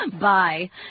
Bye